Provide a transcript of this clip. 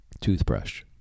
toothbrush